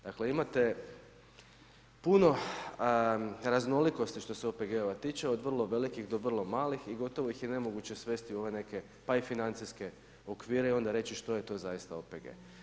Dakle imate puno raznolikosti što se OPG-ova tiče od vrlo velikih do vrlo malih i gotovo ih je nemoguće svesti u ove neke pa i financijske okvire i onda reći što je to zaista OPG.